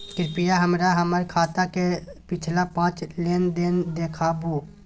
कृपया हमरा हमर खाता से पिछला पांच लेन देन देखाबु